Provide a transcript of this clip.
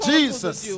Jesus